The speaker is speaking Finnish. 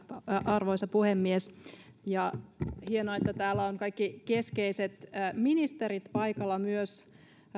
arvoisa puhemies hienoa että täällä ovat myös kaikki keskeiset ministerit paikalla